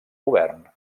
govern